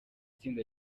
tsinda